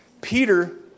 Peter